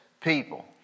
people